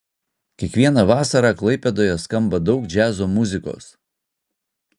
kiekvieną vasarą klaipėdoje skamba daug džiazo muzikos